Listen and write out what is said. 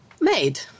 made